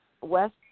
West